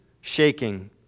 shaking